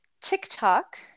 TikTok